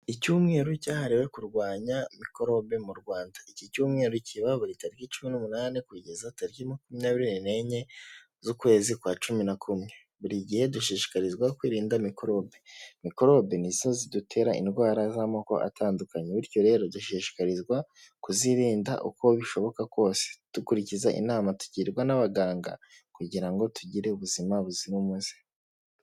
Icyumweru cyahariwe kurwanya mikorobe mu Rwanda. Iki cyumweru kiba buri tariki cumi n'umunani kugeza tariki makumyabiri n'enye z'ukwezi kwa cumi na kumwe, buri gihe dushishikarizwa kwirinda mikorobe. Mikorobe nizo zidutera indwara z'amoko atandukanye bityo rero dushishikarizwa kuzirinda uko bishoboka kose dukurikiza inama tugirwa n'abaganga kugira ngo tugire ubuzima buzira umuze.